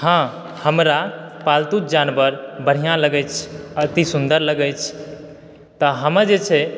हँ हमरा पालतू जानवर बढ़िया लगैछ अति सुन्दर लगैछ तऽ हम जे छै